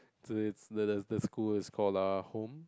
so it the the school is called LaHome